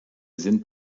sind